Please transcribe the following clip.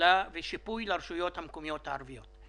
ושיפוי לרשויות המקומיות הערביות.